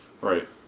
right